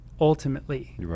ultimately